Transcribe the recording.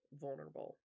vulnerable